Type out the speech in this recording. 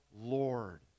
lord